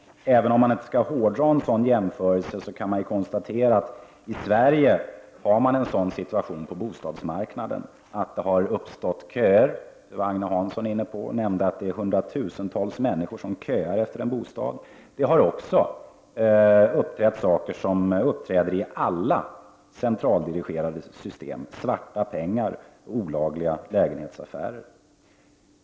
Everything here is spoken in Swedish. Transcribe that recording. Även om man inte skall hårdra en sådan jämförelse kan man konstatera att vi i Sverige har en jämförbar situation på bostadsmarknaden — Agne Hansson var inne på att hundratusentals människor köar efter en bostad. Vidare har det uppträtt fenomen som uppträder i alla centraldirigerade system, nämligen ”svarta pengar” och olagliga lägenhetsaffärer.